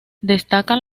destacan